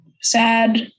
sad